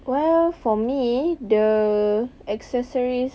well for me the accessories